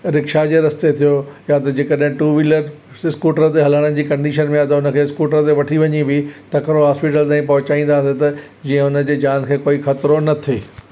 rickshaw जे रस्ते थियो या त जेकॾहिं टू व्हीलर स्कूटर ते हलण जी कंडीशन में आहे त हुनखे स्कूटर ते वठी वञे बि तकिड़ो हॉस्पिटल में पहुंचाईंदासीं त जीअं हुनजे जान खे भई ख़तरो न थे